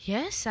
Yes